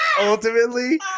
Ultimately